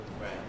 Right